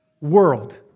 world